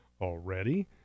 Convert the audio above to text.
already